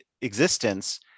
existence